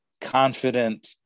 confident